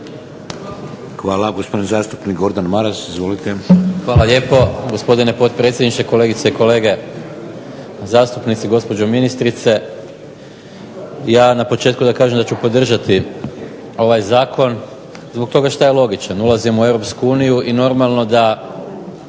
Hvala. Gospodin zastupnik Gordan Maras, izvolite. **Maras, Gordan (SDP)** Hvala lijepo. Gospodine potpredsjedniče, kolegice i kolege zastupnici, gospođo ministrice. Ja na početku da kažem da ću podržati ovaj zakon zbog toga šta je logičan. Ulazimo u Europsku uniju i normalno da